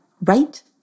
right